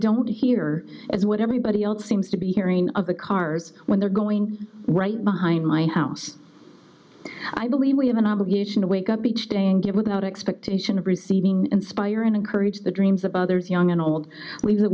don't hear is what everybody else seems to be hearing of the cars when they're going right behind my house i believe we have an obligation to wake up each day and get without expectation of receiving inspire and encourage the dreams of others young and old